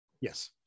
Yes